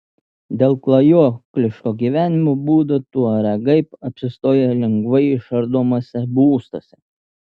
dėl klajokliško gyvenimo būdo tuaregai apsistoja lengvai išardomuose būstuose